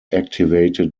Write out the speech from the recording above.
activated